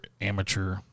amateur